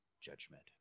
judgment